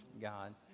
God